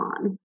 on